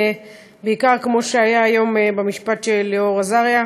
בעיקר כמו שהיה היום במשפט של אלאור אזריה.